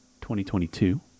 2022